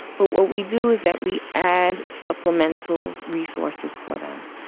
but what we do is that we add supplemental resources for them.